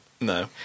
No